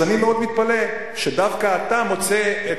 אז אני מאוד מתפלא שדווקא אתה מוצא את